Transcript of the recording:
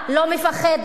לא מפחדת,